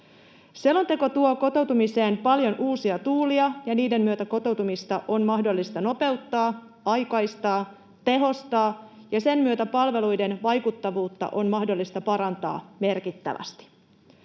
Selonteko tuo kotoutumiseen paljon uusia tuulia, ja niiden myötä kotoutumista on mahdollista nopeuttaa, aikaistaa, tehostaa, ja sen myötä palveluiden vaikuttavuutta on mahdollista parantaa merkittävästi.